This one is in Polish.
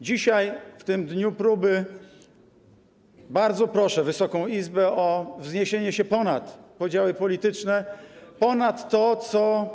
Dzisiaj, w tym dniu próby, bardzo proszę Wysoką Izbę o wzniesienie się ponad podziały polityczne, ponad to, co.